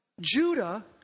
Judah